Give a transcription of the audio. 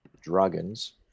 Dragons